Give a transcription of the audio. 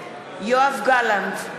יואב גלנט,